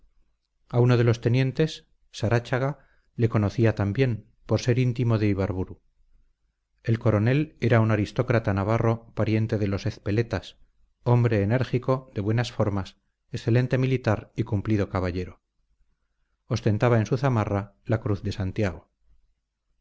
a uno de los tenientes saráchaga le conocía también por ser íntimo de ibarburu el coronel era un aristócrata navarro pariente de los ezpeletas hombre enérgico de buenas formas excelente militar y cumplido caballero ostentaba en su zamarra la cruz de santiago